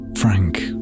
Frank